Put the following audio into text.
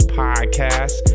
podcast